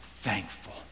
thankful